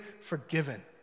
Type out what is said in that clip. forgiven